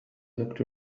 looked